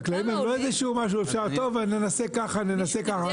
החקלאים הם לא איזשהו משהו שאפשר ננסה ככה ננסה ככה,